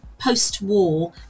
post-war